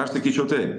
aš sakyčiau tai